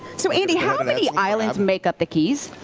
so andy, how many islands make up the keys?